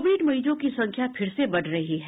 Covid मरीजों की संख्या फिर से बढ़ रही है